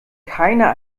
keiner